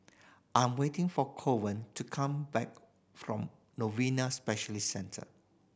I'm waiting for Corwin to come back from Novena Specialist Centre